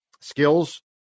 skills